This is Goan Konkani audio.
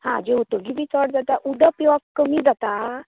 हां जेवतकीर बी चड जाता उदक पिवप कमी जाता